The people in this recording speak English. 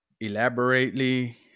Elaborately